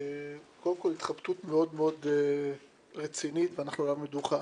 קודם כל התחבטות מאוד מאוד רצינית ואנחנו על המדוכה.